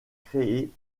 créée